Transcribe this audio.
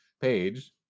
page